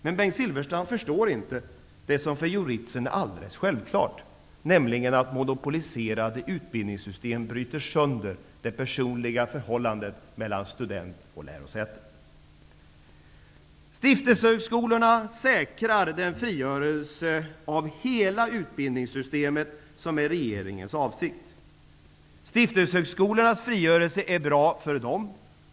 Men Bengt Silfverstrand förstår inte det som för Jo Ritzen är alldeles självklart, nämligen att monpoliserade utbildningssystem bryter sönder det personliga förhållandet mellan student och lärosäte. Stiftelsehögskolorna säkrar den frigörelse av hela utbildningssystemet som regeringen avser att uppnå. Stiftelsehögskolornas frigörelse är bra för dem.